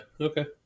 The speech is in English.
Okay